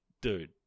dude